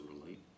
relate